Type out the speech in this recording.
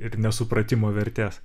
ir nesupratimo vertės